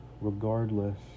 regardless